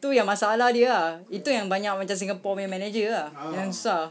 itu yang masalah dia ah itu yang banyak yang macam singapore punya manager ah yang susah